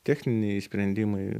techniniai sprendimai